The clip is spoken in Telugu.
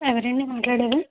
ఎవరండి మాట్లాడేది